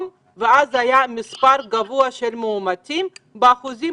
והיה מספר גבוה של מאומתים באחוזים,